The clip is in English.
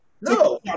No